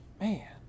man